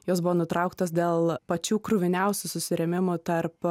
jos buvo nutrauktos dėl pačių kruviniausių susirėmimų tarp